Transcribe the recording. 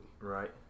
Right